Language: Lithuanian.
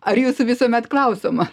ar jūsų visuomet klausiama